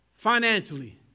Financially